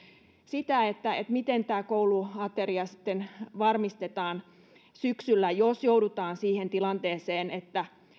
sitä miten kouluateria varmistetaan sitten syksyllä jos joudutaan siihen tilanteeseen että